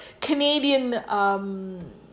Canadian